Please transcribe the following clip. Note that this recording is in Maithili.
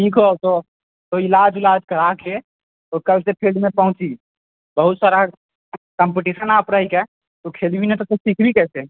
की कहब इलाज उलाज कराके कलसँ फिल्डमे पहुँची बहुत सारा कंपीटशन अहाँके अछि तू खेलबही ने तऽ तू सीखबी कैसे